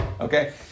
Okay